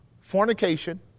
fornication